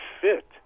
fit